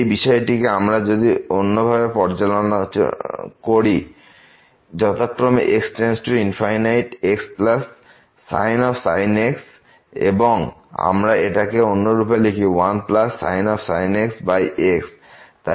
এই বিষয়টিকে আমরা যদি অন্যভাবে পর্যালোচনা করি যথাক্রমে x→∞ xsin x এবং আমরা এটাকে অন্যরূপে লিখি 1sin x x